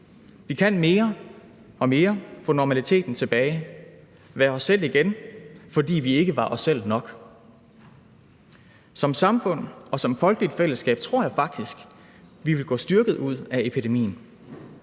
Vi kan mere og mere få normaliteten tilbage, være os selv igen, fordi vi ikke var os selv nok. Som samfund og som folkeligt fællesskab tror jeg faktisk vi vil gå styrket ud af epidemien.